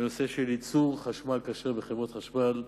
בנושא של ייצור חשמל כשר בחברות חשמל.